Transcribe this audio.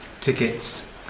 tickets